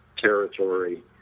territory